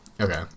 Okay